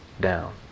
down